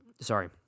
sorry